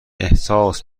احساس